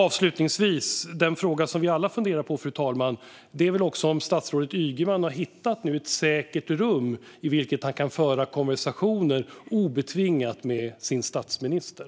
Avslutningsvis: Den fråga som vi väl alla funderar på, fru talman, är om statsrådet Ygeman nu har hittat ett säkert rum i vilket han kan föra konversationer obetvingat med sin statsminister.